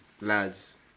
Lads